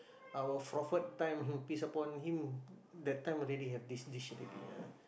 our prophet time peace is upon him that time already have this dish already ah